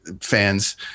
fans